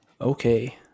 okay